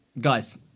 guys